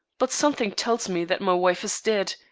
but something tells me that my wife is dead,